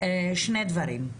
שני דברים.